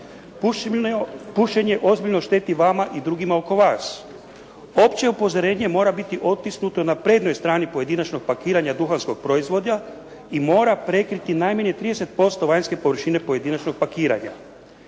"Pušenje ozbiljno šteti vama i drugima oko vas". Opće upozorenje mora biti otisnuto na prednjoj strani pojedinačnog pakiranja duhanskog proizvoda i mora prekriti najmanje 30% vanjske površine pojedinačnog pakiranja.